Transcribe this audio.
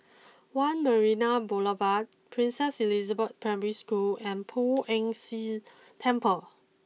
one Marina Boulevard Princess Elizabeth Primary School and Poh Ern Shih Temple